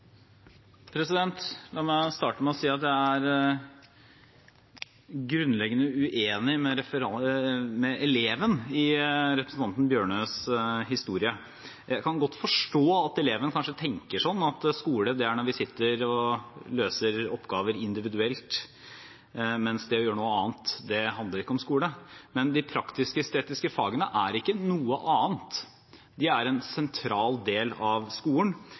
La meg starte med å si at jeg er grunnleggende uenig med eleven i representanten Tynning Bjørnøs historie. Jeg kan godt forstå at eleven kanskje tenker sånn at skole, det er når vi sitter og løser oppgaver individuelt, mens det å gjøre noe annet ikke handler om skole. Men de praktisk-estetiske fagene er ikke noe annet. De er en sentral del av skolen,